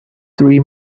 three